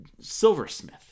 silversmith